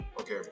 Okay